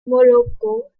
morocco